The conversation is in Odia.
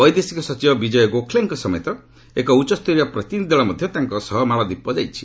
ବୈଦେଶିକ ସଚିବ ବିଜୟ ଗୋଖଲେଙ୍କ ସମେତ ଏକ ଉଚ୍ଚ ସ୍ତରୀୟ ପ୍ରତିନିଧି ଦଳ ମଧ୍ୟ ତାଙ୍କ ସହ ମାଳଦୀପ ଯାଇଛି